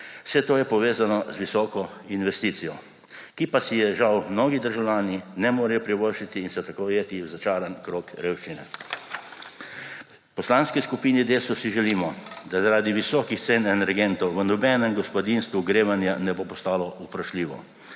vse to je povezano z visoko investicijo, ki pa si je žal mnogi državljani ne morejo privoščiti in so tako ujeti v začaran krog revščine. V Poslanski skupini Desus si želimo, da zaradi visokih cen energentov v nobenem gospodinjstvu ogrevanje ne bo postalo vprašljivo.